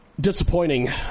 Disappointing